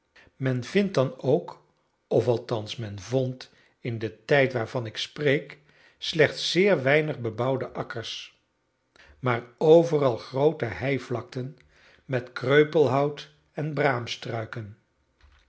men vindt dan ook of althans men vond in den tijd waarvan ik spreek slechts zeer weinig bebouwde akkers maar overal groote heivlakten met kreupelhout en braamstruiken